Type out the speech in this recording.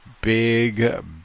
big